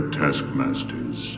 taskmasters